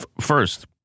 First